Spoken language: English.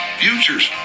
futures